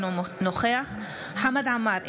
אינו נוכח חמד עמאר,